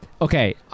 okay